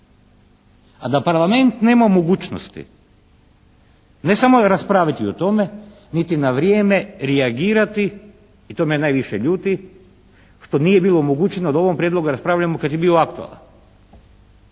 A da parlament nema mogućnosti ne samo raspraviti o tome niti na vrijeme reagirati i to me najviše ljuti što nije bilo omogućeno da o ovom prijedlogu raspravljamo kad je bio aktualan.